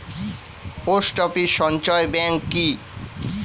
Post office সঞ্চয় bank কি?